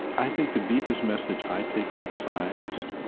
i think the deepest message i take from science